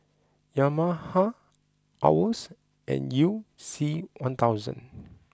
Yamaha Owls and you C one thousand